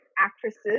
actresses